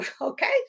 okay